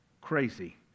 crazy